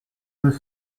deux